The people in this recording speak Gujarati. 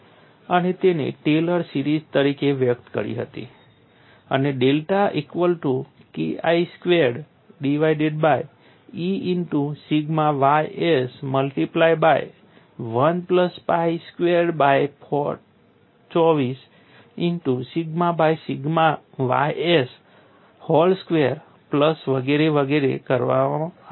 અને તેને ટેલર સિરીઝ તરીકે વ્યક્ત કરી હતી અને delta equal to KI squared divided by E into sigma ys multiplied by 1 plus pi squared by 24 into sigma by sigma ys whole squared plus વગેરે વગેરે દ્વારા કરવામાં આવ્યો હતો